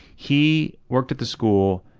he worked at the school.